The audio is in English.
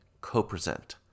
co-present